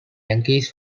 yankees